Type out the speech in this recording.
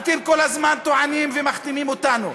אתם כל הזמן טוענים ומכתימים אותנו: